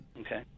Okay